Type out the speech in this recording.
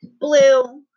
Blue